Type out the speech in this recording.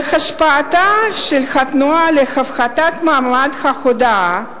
בהשפעתה של "התנועה להפחתת מעמד ההודאה"